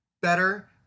better